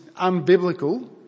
unbiblical